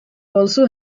also